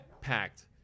Packed